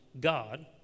God